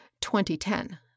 2010